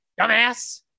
dumbass